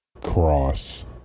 cross